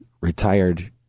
retired